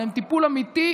אלא עם טיפול אמיתי,